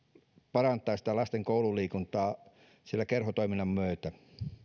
parantaa lasten koululiikuntaa kerhotoiminnan myötä